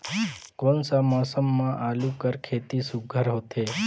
कोन सा मौसम म आलू कर खेती सुघ्घर होथे?